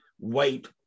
wait